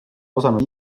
osanud